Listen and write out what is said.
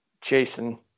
Jason